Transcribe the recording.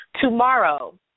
Tomorrow